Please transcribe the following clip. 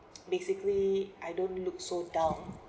basically I don't look so dull